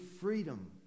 freedom